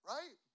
Right